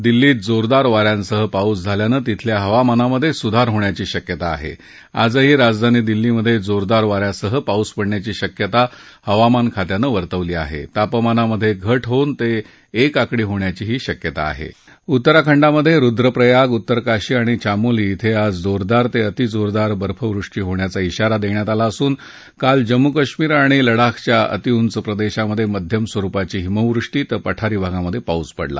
दिल्लीत जोरदार वा यांसह पाऊस झाल्यानतिथल्या हवामानात सुधार होण्याची शक्यता आह आजही राजधानी दिल्लीत जोरदार वा यासह पाऊस पडण्याची शक्यता हवामान खात्यानं वर्तवली आहा जापमानात घट होऊन ताक्रि आकडी होण्याचीही शक्यता आहा उत्तराखंडात रुद्रप्रयाग उत्तरकाशी आणि चामोली इथं आज जोरदार ता अतिजोरदार बर्फवृष्टी होण्याचा इशारा दध्यात आला असून काल जम्मू काश्मीर आणि लडाखच्या अतिउंच प्रदध्यात मध्यम स्वरुपाची हिमवृष्टी तर पठारी भागात पाऊस पडला